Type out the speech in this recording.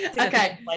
Okay